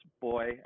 boy